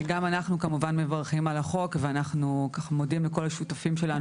גם אנחנו כמובן מברכים על החוק ואנחנו מודים לכל השותפים שלנו,